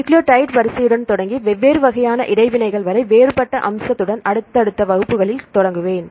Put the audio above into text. nucleotide வரிசையுடன் தொடங்கி வெவ்வேறு வகையான இடைவினைகள் வரை வேறுபட்ட அம்சத்துடன் அடுத்த வகுப்புகளில் தொடங்குவேன்